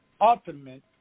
ultimate